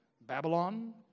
Babylon